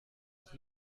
hat